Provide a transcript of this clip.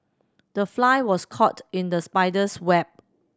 the fly was caught in the spider's web